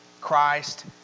Christ